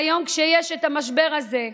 היום, כשיש המשבר הזה,